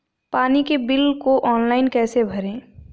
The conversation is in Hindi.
पानी के बिल को ऑनलाइन कैसे भरें?